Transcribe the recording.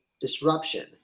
disruption